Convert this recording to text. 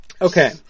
Okay